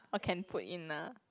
orh can put in ah